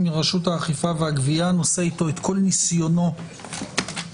מרשות האכיפה והגבייה אשר נושא אתו את כל ניסיונו מהכנ"ר.